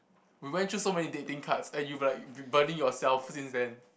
we went through so many dating cards and you been like burning yourself since then